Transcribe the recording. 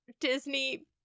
Disney